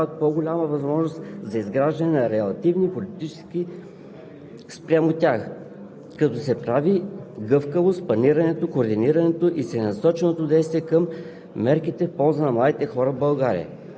Основните изводи в документа насочват вниманието на компетентните институции към ясно очертаване на групите сред младите хора, което да даде по-голяма възможност за изграждане на релевантни политики спрямо